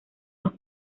los